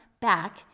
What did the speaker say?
back